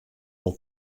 wol